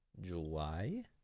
July